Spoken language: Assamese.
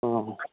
অঁ